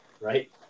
right